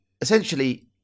essentially